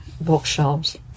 bookshelves